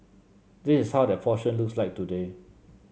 this is how that portion looks like today